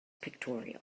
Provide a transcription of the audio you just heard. pictorial